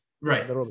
Right